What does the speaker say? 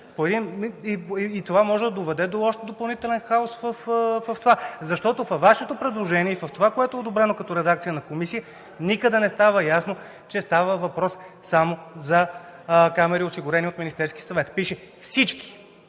и това може да доведе до допълнителен хаос. Защото във Вашето предложение и в това, което е одобрено като редакция на Комисията, никъде не става ясно, че става въпрос само за камери, осигурени от Министерския съвет. Пише: всички.